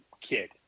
kid